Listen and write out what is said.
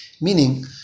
Meaning